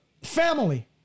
family